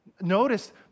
Notice